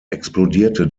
explodierte